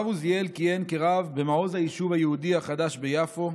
הרב עוזיאל כיהן כרב במעוז היישוב החדש ביפו,